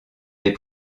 des